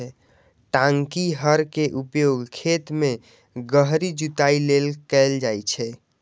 टांकी हर के उपयोग खेत मे गहींर जुताइ लेल कैल जाइ छै